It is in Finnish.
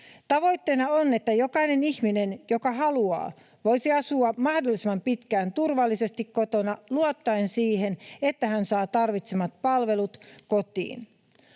Tavoitteena on, että jokainen ihminen, joka haluaa, voisi asua mahdollisimman pitkään turvallisesti kotona luottaen siihen, että hän saa tarvitsemansa palvelut kotiin.